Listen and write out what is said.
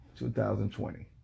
2020